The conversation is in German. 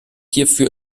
hierfür